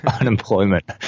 Unemployment